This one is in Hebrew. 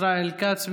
ישראל כץ,